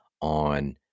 on